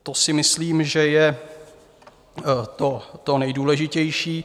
To si myslím, že je to nejdůležitější.